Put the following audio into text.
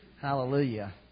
Hallelujah